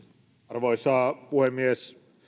arvoisa puhemies